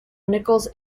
nichols